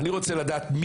אני רוצה לדעת: